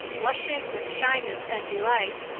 blushing with shyness and delight,